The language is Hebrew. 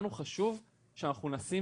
לנו חשוב שאנחנו נשים,